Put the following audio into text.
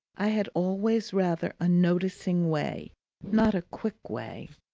i had always rather a noticing way not a quick way,